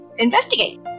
investigate